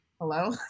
hello